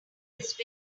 much